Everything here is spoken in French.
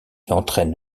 entraîne